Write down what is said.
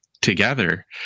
together